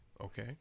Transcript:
Okay